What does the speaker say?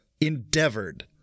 endeavored